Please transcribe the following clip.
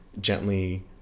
gently